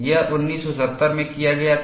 यह 1970 में किया गया था